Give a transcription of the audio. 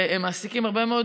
והם מעסיקים הרבה מאוד